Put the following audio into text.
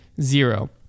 zero